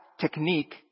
technique